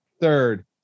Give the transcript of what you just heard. Third